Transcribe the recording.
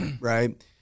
right